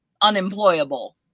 unemployable